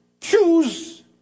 choose